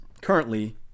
currently